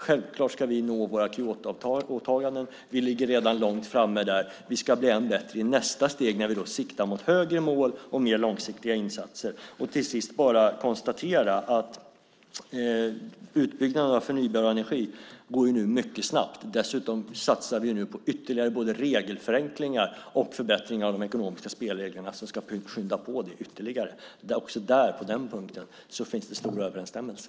Självklart ska vi nå våra Kyotoåtaganden. Vi ligger redan långt framme där. Vi ska bli än bättre i nästa steg när vi siktar mot högre mål och mer långsiktiga insatser. Jag konstaterar att utbyggnaden av förnybar energi nu går mycket snabbt. Dessutom satsar vi nu på förenklingar och förbättringar av de ekonomiska spelreglerna som ska skynda på det hela ytterligare. Också på den punkten finns det en stor överensstämmelse.